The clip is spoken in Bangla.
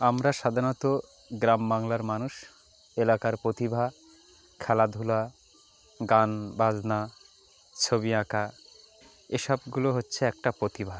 আমরা সাধারণত গ্রাম বাংলার মানুষ এলাকার প্রতিভা খেলাধুলা গান বাজনা ছবি আঁকা এসবগুলো হচ্ছে একটা প্রতিভা